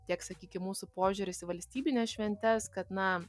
tiek sakykim mūsų požiūris į valstybines šventes kad na